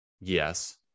yes